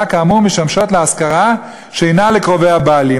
כאמור משמשות להשכרה שאינה לקרובי הבעלים.